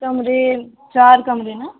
कमरे चार कमरे न